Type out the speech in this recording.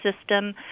system